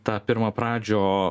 tą pirmapradžio